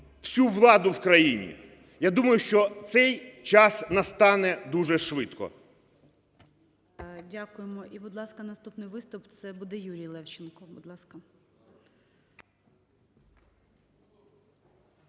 всю владу в країні. Я думаю, що цей час настане дуже швидко. ГОЛОВУЮЧИЙ. Дякуємо. І, будь ласка, наступний виступ – це буде Юрій Левченко.